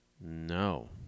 No